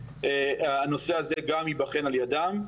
הנושא הזה גם ייבחן על ידם.